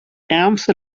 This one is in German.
ärmste